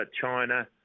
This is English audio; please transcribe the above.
China